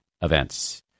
events